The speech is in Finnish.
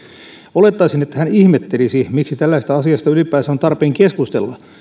olettaisin että hän ihmettelisi miksi tällaisesta asiasta ylipäänsä on tarpeen keskustella